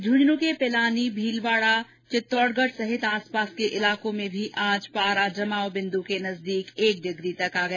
झुंझुनू के पिलानी भीलवाड़ा चित्तौडगढ़ सहित आस पास के इलाकों में भी पारा जमाव बिंदु के नजदीक एक डिग्री तक आ गया